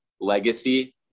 Legacy